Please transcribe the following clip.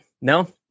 No